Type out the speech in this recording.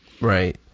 Right